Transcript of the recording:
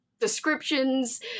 descriptions